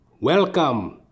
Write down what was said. Welcome